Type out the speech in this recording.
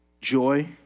Joy